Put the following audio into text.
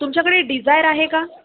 तुमच्याकडे डिझायर आहे का